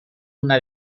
una